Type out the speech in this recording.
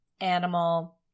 animal